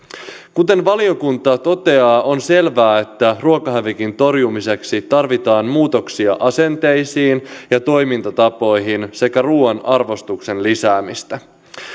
kuten valiokunta toteaa on selvää että ruokahävikin torjumiseksi tarvitaan muutoksia asenteisiin ja toimintatapoihin sekä ruuan arvostuksen lisäämistä